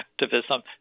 activism